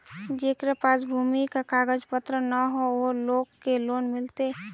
जेकरा पास भूमि का कागज पत्र न है वो लोग के लोन मिलते?